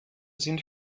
sind